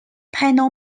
panel